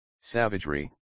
Savagery